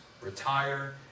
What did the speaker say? retire